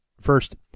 First